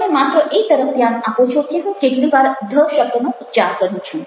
તમે માત્ર એ તરફ ધ્યાન આપો છો કે હું કેટલી વાર ધ શબ્દનો ઉચ્ચાર કરું છું